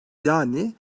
yani